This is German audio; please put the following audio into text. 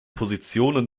positionen